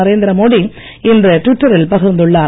நரேந்திர மோடி இன்று ட்விட்டரில் பகிர்ந்துள்ளார்